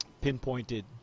pinpointed